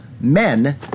men